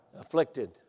afflicted